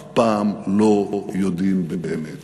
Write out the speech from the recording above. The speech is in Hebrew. אף פעם לא יודעים באמת.